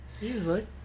Usually